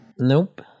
Nope